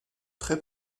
très